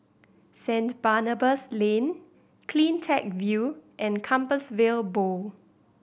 Saint Barnabas Lane Cleantech View and Compassvale Bow